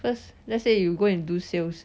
first let's say you go and do sales